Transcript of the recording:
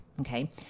Okay